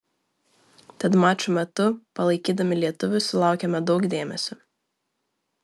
tad mačų metu palaikydami lietuvius sulaukėme daug dėmesio